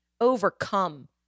overcome